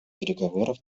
переговоров